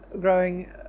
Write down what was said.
growing